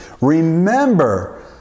Remember